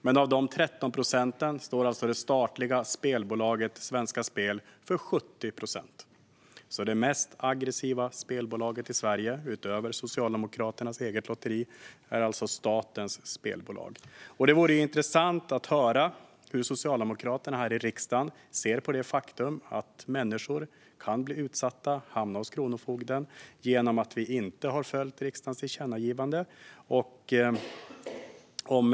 Men av de 13 procenten står alltså det statliga spelbolaget Svenska Spel för 70 procent. Det mest aggressiva spelbolaget i Sverige, utöver Socialdemokraternas eget lotteri, är alltså statens spelbolag. Det vore intressant att höra hur Socialdemokraterna i riksdagen ser på det faktum att människor kan bli utsatta, hamna hos Kronofogden, genom att riksdagens tillkännagivande inte har följts.